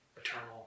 eternal